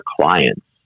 clients